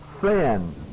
sin